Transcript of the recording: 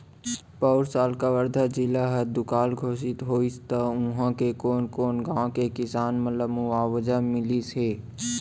पउर साल कवर्धा जिला ह दुकाल घोसित होइस त उहॉं के कोनो कोनो गॉंव के किसान मन ल मुवावजा मिलिस हे